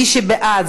מי שבעד,